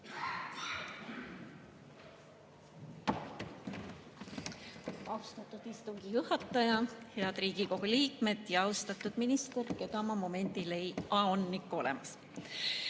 Austatud istungi juhataja! Head Riigikogu liikmed ja austatud minister, keda ma momendil ei … Aa, on ikka olemas.